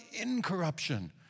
incorruption